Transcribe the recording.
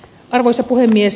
arvoisa puhemies